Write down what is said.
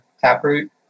Taproot